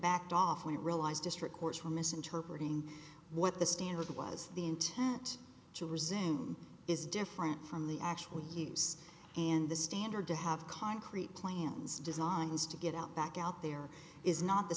backed off when it realized district courts were misinterpreting what the standard was the intent to resume is different from the actual use and the standard to have concrete plans designs to get out back out there is not the